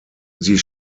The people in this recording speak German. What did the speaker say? sie